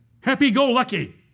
Happy-go-lucky